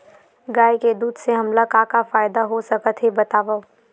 गाय के दूध से हमला का का फ़ायदा हो सकत हे बतावव?